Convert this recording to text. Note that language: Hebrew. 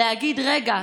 להגיד: רגע,